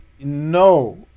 No